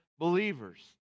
believers